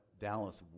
Dallas